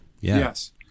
Yes